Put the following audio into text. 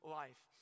life